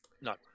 No